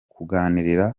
gukangurira